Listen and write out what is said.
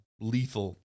lethal